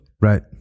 Right